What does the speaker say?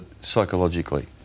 psychologically